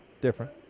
different